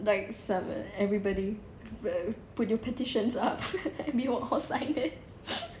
like seven everybody put your petitions up we will all sign it